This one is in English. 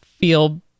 feel